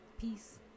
peace